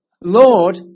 Lord